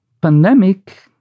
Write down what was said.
pandemic